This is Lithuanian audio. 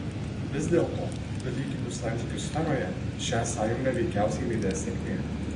vis dėlto dalykinių santykių sferoje šią sąjungą veikiausiai lydės sėkmė